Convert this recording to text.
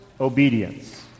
obedience